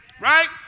right